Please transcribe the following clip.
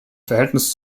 verhältnis